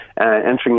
entering